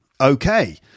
Okay